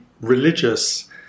religious